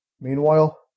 Meanwhile